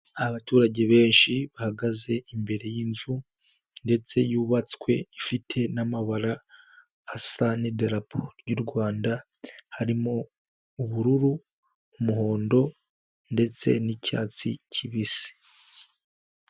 Abaturage benshi bahagaze imbere y'inzu ndetse yubatswe ifite n'amabara asa n'idarapo y'u Rwanda harimo: ubururu, umuhondo ndetse n'icyatsi kibisi.